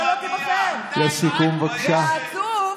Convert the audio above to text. והעצוב,